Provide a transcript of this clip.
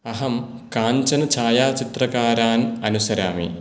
अहं काञ्चन् छायाचित्रकारान् अनुसरामि